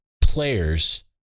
players